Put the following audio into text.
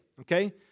Okay